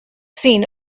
seen